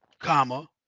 comma.